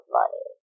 money